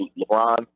LeBron